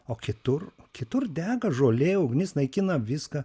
o kitur kitur dega žolė ugnis naikina viską